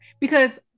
Because-